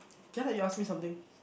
just now you ask me something